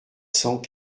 cents